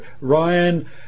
Ryan